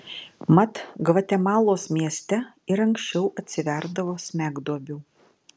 mat gvatemalos mieste ir anksčiau atsiverdavo smegduobių